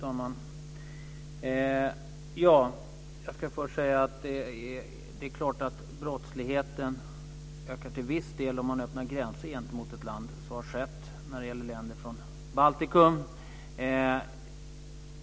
Fru talman! Jag ska först säga att det är klart att brottsligheten till viss del ökar om man öppnar gränser gentemot ett land. Så har skett när det gäller länder i Baltikum.